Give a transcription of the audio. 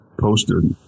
posted